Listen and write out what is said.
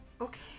okay